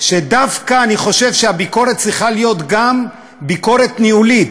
שדווקא אני חושב שהביקורת צריכה להיות גם ביקורת ניהולית,